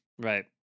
Right